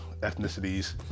ethnicities